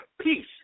peace